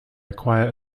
acquire